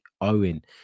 Owen